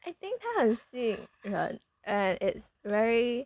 I think 他很 sick but uh it's very